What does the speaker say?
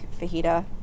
fajita